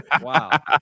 Wow